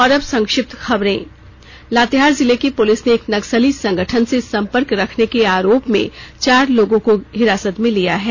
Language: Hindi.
और अब संक्षिप्त खबरें लातेहार जिले की पुलिस ने एक नक्सली संगठन से संपर्क रखने के आरोप में चार लोगों को हिरासत में लिया है